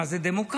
מה זאת דמוקרטיה,